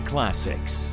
Classics